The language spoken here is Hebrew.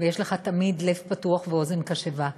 ויש לך תמיד לב פתוח ואוזן קשבת,